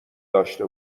داشته